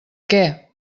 què